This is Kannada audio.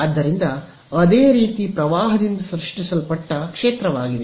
ಆದ್ದರಿಂದ ಅದೇ ರೀತಿ ಪ್ರವಾಹದಿಂದ ಸ್ರಷ್ಟಿಸಲ್ಪಟ್ಟ ಕ್ಷೇತ್ರವಾಗಿದೆ